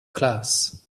class